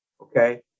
Okay